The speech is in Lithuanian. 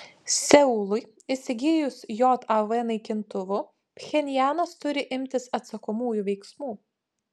seului įsigijus jav naikintuvų pchenjanas turi imtis atsakomųjų veiksmų